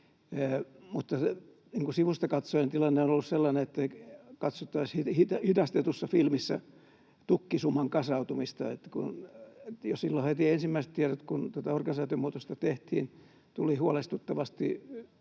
sivustakatsojan tilanne on ollut sellainen kuin katsottaisiin hidastetussa filmissä tukkisuman kasautumista. Jo silloin heti ensimmäiset tiedot, kun tätä organisaatiomuutosta tehtiin, tulivat huolestuttavasti